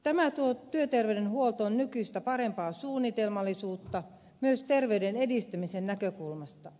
tämä tuo työterveyshuoltoon nykyistä parempaa suunnitelmallisuutta myös terveyden edistämisen näkökulmasta